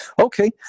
okay